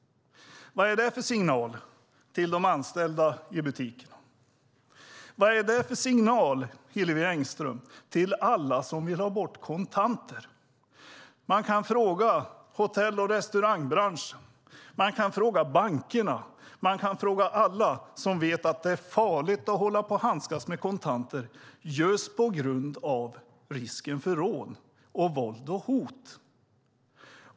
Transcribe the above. Vad ger det för signal till de anställda i butikerna? Vad ger det för signal, Hillevi Engström, till alla som vill ha bort kontanter? Man kan fråga hotell och restaurangbranschen. Man kan fråga bankerna. Man kan fråga alla som vet att det är farligt att hålla på och handskas med kontanter på grund av risken för rån, våld och hot.